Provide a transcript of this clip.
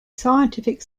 scientific